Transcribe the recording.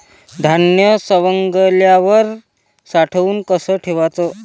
धान्य सवंगल्यावर साठवून कस ठेवाच?